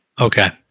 Okay